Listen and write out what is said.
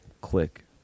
Click